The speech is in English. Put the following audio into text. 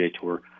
Tour